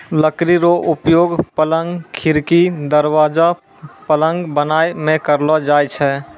लकड़ी रो उपयोगक, पलंग, खिड़की, दरबाजा, पलंग बनाय मे करलो जाय छै